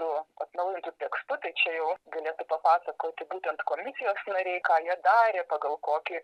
su atnaujintu tekstu tai čia jau galėtų papasakoti būtent komisijos nariai ką jie darė pagal kokį